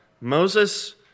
Moses